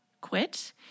quit